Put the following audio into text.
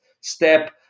step